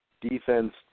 Defense